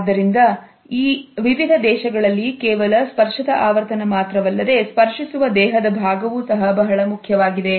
ಆದ್ದರಿಂದ ವಿವಿಧ ದೇಶಗಳಲ್ಲಿ ಕೇವಲ ಸ್ಪರ್ಶದ ಆವರ್ತನ ಮಾತ್ರವಲ್ಲದೆ ಸ್ಪರ್ಶಿಸುವ ದೇಹದ ಭಾಗವು ಸಹ ಬಹಳ ಮುಖ್ಯವಾಗಿದೆ